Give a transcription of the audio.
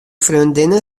freondinne